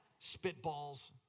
spitballs